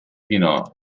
chinò